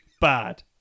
Bad